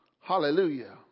Hallelujah